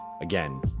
again